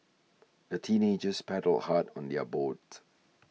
the teenagers paddled hard on their boat